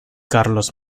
carlos